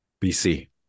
BC